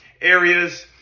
areas